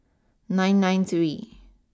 nine nine three